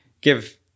give